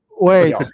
Wait